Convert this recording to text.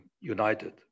united